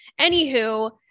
anywho